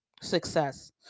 success